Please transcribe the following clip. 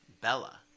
Bella